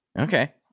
Okay